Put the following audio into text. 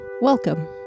Welcome